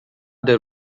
their